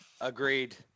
Agreed